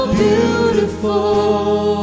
beautiful